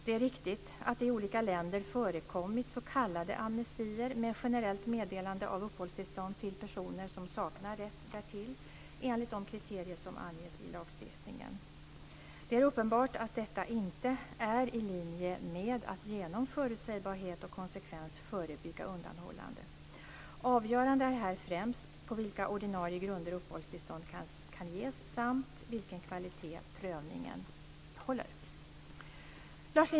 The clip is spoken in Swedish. Det är riktigt att det i olika länder förekommit s.k. amnestier, med generellt meddelande av uppehållstillstånd till personer som saknar rätt därtill enligt de kriterier som anges i lagstiftningen. Det är uppenbart att detta inte är i linje med att genom förutsägbarhet och konsekvens förebygga undanhållande. Avgörande är här främst på vilka ordinarie grunder uppehållstillstånd kan ges samt vilken kvalitet prövningen håller.